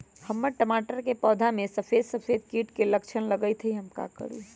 हमर टमाटर के पौधा में सफेद सफेद कीट के लक्षण लगई थई हम का करू?